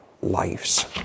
lives